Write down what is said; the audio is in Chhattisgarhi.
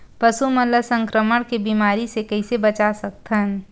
पशु मन ला संक्रमण के बीमारी से कइसे बचा सकथन?